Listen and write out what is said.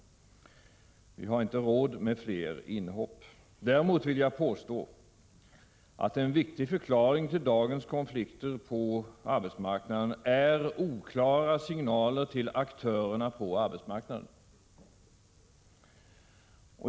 Vi har inte råd med fler inhopp. Däremot vill jag påstå att en viktig förklaring till dagens konflikter är oklara signaler till aktörerna på arbetsmarknaden.